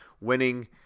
Winning